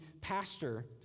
pastor